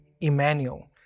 Emmanuel